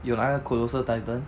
有那个 colossal titan